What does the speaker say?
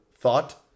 thought